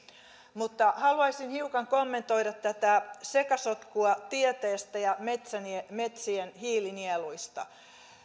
haluaisin hiukan kommentoida tätä sekasotkua tieteestä ja metsien hiilinieluista